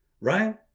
right